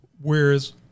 Whereas